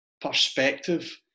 Perspective